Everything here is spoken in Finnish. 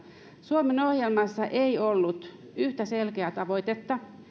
suomen ohjelmassa ei ollut yhtä selkeää tavoitetta